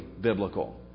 biblical